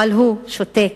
אבל הוא שותק.